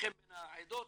ביניכם בין העדות.